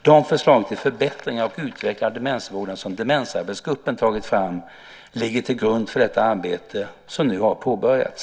De förslag till förbättringar och utveckling av demensvården som Demensarbetsgruppen tagit fram ligger till grund för detta arbete som nu har påbörjats.